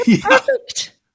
perfect